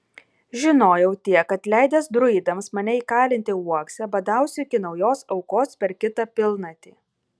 žinojau tiek kad leidęs druidams mane įkalinti uokse badausiu iki naujos aukos per kitą pilnatį